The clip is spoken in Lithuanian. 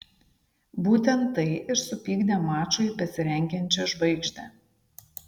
būtent tai ir supykdė mačui besirengiančią žvaigždę